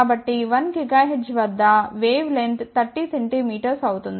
కాబట్టి 1 గిగాహెర్ట్జ్ వద్ద wavelength 30 centimetre అవుతుంది